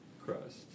crust